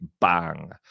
bang